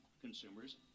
consumers